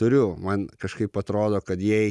turiu man kažkaip atrodo kad jei